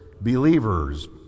believers